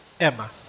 Emma